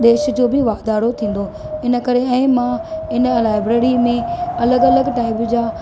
देश जो बि वाधारो थींदो इनकरे जे मां इन लाइब्रेरीअ में अलॻि अलॻि टाइप जा